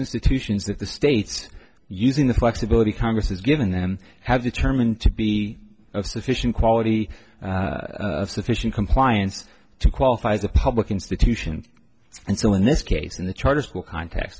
institutions that the states using the flexibility congress has given them have determined to be of sufficient quality sufficient compliance to qualify as a public institution and so in this case in the charter school cont